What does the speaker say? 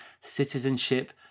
citizenship